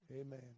Amen